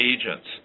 agents